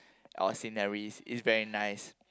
or sceneries is very nice